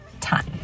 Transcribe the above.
time